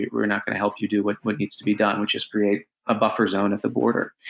we're not going to help you do what what needs to be done, which is create a buffer zone at the border.